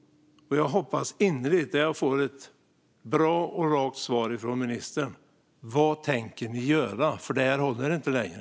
Jag hoppas innerligt att jag får ett bra och rakt svar från ministern. Vad tänker ni göra? Det här håller inte längre.